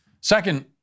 Second